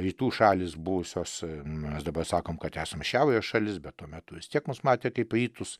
rytų šalys buvusios mes dabar sakom kad esam šiaurės šalis bet tuo metu vis tiek mus matė kaip rytus